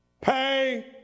pay